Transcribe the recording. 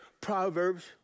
Proverbs